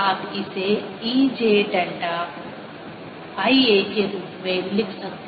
और आप इसे E j delta l a के रूप में लिख सकते हैं